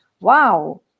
wow